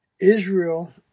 Israel